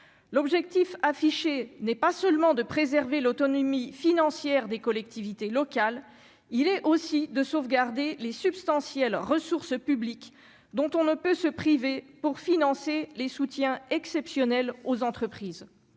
l'objectif affiché n'est pas seulement de préserver l'autonomie financière des collectivités locales, il est aussi de sauvegarder les substantielles ressources publiques dont on ne peut se priver pour financer les soutiens exceptionnel aux entreprises,